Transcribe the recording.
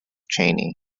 chaney